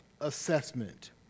assessment